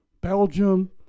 Belgium